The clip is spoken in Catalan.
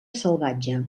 salvatge